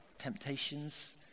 temptations